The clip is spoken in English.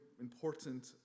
important